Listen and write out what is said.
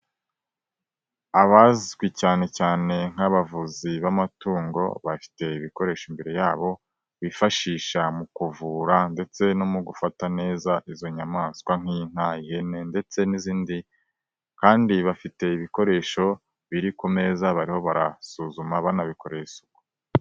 Abazwi cyane cyane nk'abavuzi b'amatungo bafite ibikoresho imbere yabo bifashisha mu kuvura ndetse no mu gufata neza izo nyamaswa nk'inka, ihene ndetse n'izindi kandi bafite ibikoresho biri ku meza bariho barasuzuma banabikorera isuku.